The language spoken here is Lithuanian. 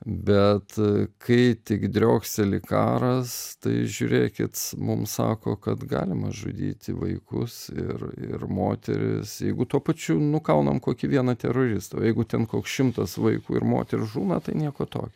bet kai tik drioksteli karas tai žiūrėkit mums sako kad galima žudyti vaikus ir ir moteris jeigu tuo pačiu nukaunam kokį vieną teroristą o jeigu ten koks šimtas vaikų ir moterų žūna tai nieko tokio